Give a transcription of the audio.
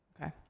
Okay